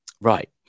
right